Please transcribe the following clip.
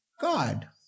God